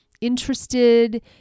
interested